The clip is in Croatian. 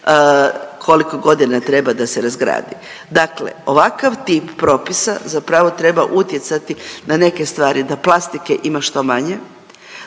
koliko godina treba da se razgradi. Dakle, ovakav tip propisa zapravo treba utjecati na neke stvari, da plastike ima što manje,